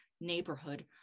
neighborhood